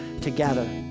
together